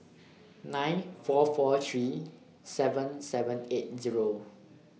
nine four four three seven seven eight Zero